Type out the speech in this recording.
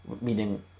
meaning